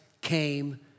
came